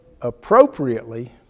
appropriately